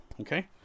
Okay